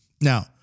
Now